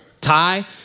Ty